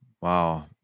Wow